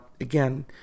again